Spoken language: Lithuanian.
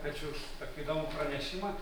ačiū už tokį įdomų pranešimą